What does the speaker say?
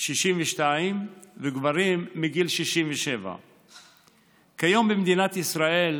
מגיל 62 וגברים מגיל 67. כיום במדינת ישראל,